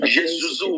Jesus